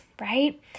right